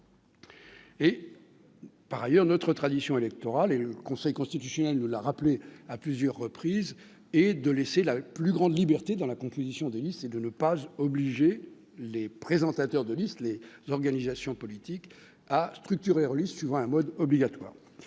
Par ailleurs, notre tradition électorale, ainsi que le Conseil constitutionnel l'a rappelé à plusieurs reprises, est de laisser la plus grande liberté dans la composition des listes et de ne pas contraindre les organisations politiques à structurer leurs listes selon un mode obligatoire.